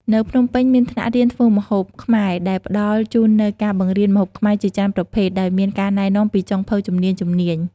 នៅភ្នំពេញមានថ្នាក់រៀនធ្វើម្ហូបខ្មែរ ដែលផ្តល់ជូននូវការបង្រៀនម្ហូបខ្មែរជាច្រើនប្រភេទ ដោយមានការណែនាំពីចុងភៅជំនាញៗ។